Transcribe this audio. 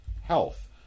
health